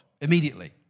Immediately